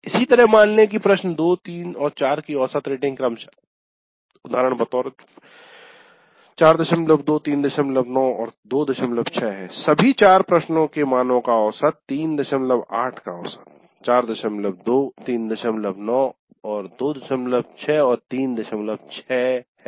इसी तरह मान लें कि प्रश्न 2 3 और 4 की औसत रेटिंग क्रमशः केवल नमूना मान 42 39 और 26 है सभी चार प्रश्नों के मानों का औसत 38 का औसत 42 39 और 26 36 है